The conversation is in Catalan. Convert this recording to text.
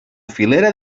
filera